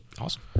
Awesome